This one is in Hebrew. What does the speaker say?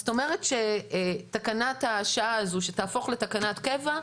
זאת אומרת שתקנת השעה הזו שתהפוך לתקנת קבע,